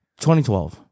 2012